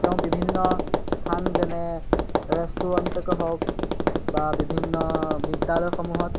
তেওঁ বিভিন্ন স্থান যেনে ৰেষ্টুৰেণ্টকে হওক বা বিভিন্ন বিদ্যালয়সমূহত